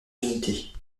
unités